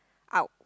out